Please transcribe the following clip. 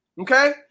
Okay